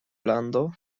lando